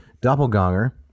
doppelganger